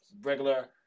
Regular